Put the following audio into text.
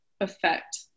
affect